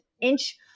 inch